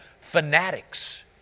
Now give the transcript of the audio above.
fanatics